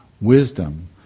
wisdom